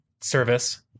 service